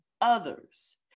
others